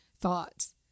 thoughts